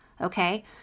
okay